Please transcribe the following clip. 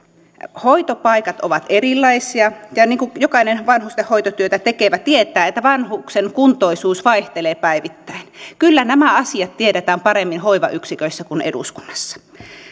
hoitopaikat ovat erilaisia ja niin kuin jokainen vanhustenhoitotyötä tekevä tietää vanhuksen kuntoisuus vaihtelee päivittäin kyllä nämä asiat tiedetään paremmin hoivayksiköissä kuin eduskunnassa